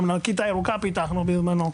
גם את הכיתה הירוקה פתחנו בזמנו.